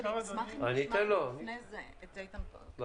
אני אשמח אם נשמע לפני זה את איתן --- אני אתן לו.